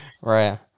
right